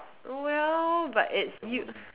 well but it's you